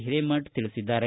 ಹಿರೇಮಠ ತಿಳಿಸಿದ್ದಾರೆ